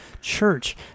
church